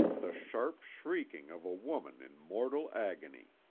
the sharp shrieking of a woman in mortal agony.